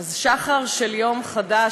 אז שחר של יום חדש,